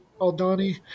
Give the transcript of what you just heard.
Aldani